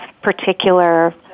particular